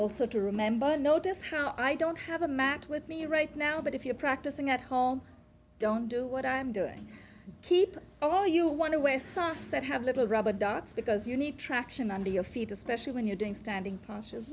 also to remember notice how i don't have a mat with me right now but if you're practicing at home don't do what i'm doing keep all you want to wear socks that have little rubber dots because you need traction on to your feet especially when you're doing standing posture